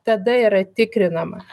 tada yra tikrinama